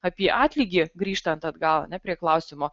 apie atlygį grįžtant atgal ne prie klausimo